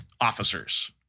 officers